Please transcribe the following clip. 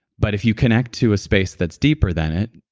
but if you connect to a space that's deeper than it,